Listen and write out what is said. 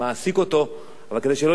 אבל כדי שלא יהיה דוח מבקר נוסף,